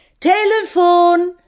Telefon